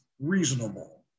reasonable